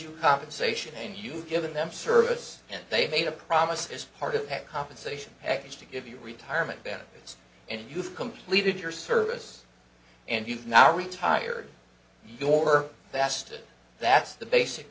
you compensation and you've given them service and they made a promise as part of a compensation package to give you a retirement benefits and you've completed your service and you've now retired your